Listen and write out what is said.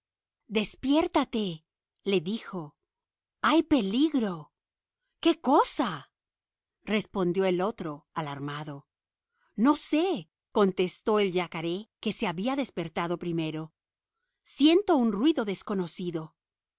despiértate le dijo hay peligro qué cosa respondió el otro alarmado no sé contestó el yacaré que se había despertado primero siento un ruido desconocido